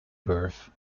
birth